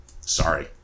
sorry